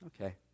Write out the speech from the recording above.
okay